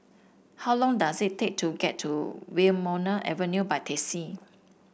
how long does it take to get to Wilmonar Avenue by taxi